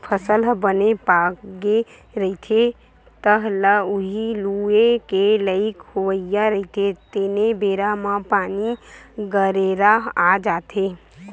फसल ह बने पाकगे रहिथे, तह ल उही लूए के लइक होवइया रहिथे तेने बेरा म पानी, गरेरा आ जाथे